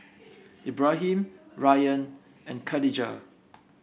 Ibrahim Ryan and Khadija